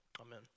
Amen